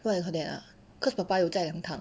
what you call that ah cause 爸爸有载两趟